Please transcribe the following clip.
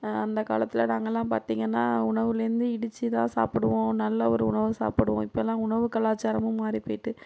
அந்த காலத்தில் நாங்கள்ளாம் பார்த்தீங்கன்னா உணவுலந்து இடிச்சு தான் சாப்பிடுவோம் நல்ல ஒரு உணவை சாப்பிடுவோம் இப்போ எல்லாம் உணவு கலாச்சாரமும் மாறி போயிவிட்டு